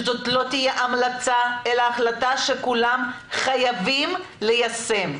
שזו לא תהיה המלצה אלא החלטה שכולם חייבים ליישם.